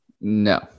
No